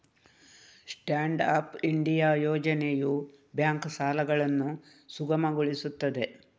stand up India ಯೋಜನೆಯು bank ಸಾಲಗಳನ್ನು ಸುಗಮಗೊಳಿಸುತ್ತದೆ